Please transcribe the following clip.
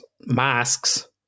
masks